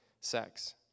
sex